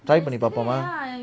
try பண்ணி பாப்போம:panni paapoma